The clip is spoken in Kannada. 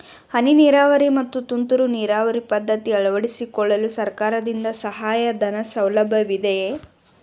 ಹನಿ ನೀರಾವರಿ ಮತ್ತು ತುಂತುರು ನೀರಾವರಿ ಪದ್ಧತಿ ಅಳವಡಿಸಿಕೊಳ್ಳಲು ಸರ್ಕಾರದಿಂದ ಸಹಾಯಧನದ ಸೌಲಭ್ಯವಿದೆಯೇ?